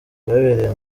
byabereye